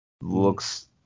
Looks